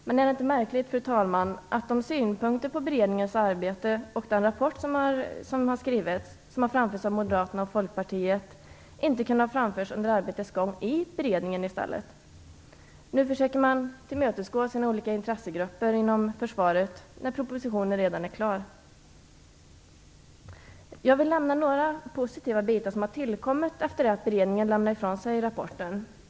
Men är det inte märkligt, fru talman, att de synpunkter på beredningens arbete och den rapport som har framförts av Moderaterna och Folkpartiet inte kunde framföras under arbetets gång i beredningen? I stället försöker man nu när propositionen redan är klar tillmötesgå sina olika intressegrupper inom försvaret. Jag vill nämna några positiva bitar som har tillkommit efter det att beredningen lämnat ifrån sig rapporten.